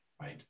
right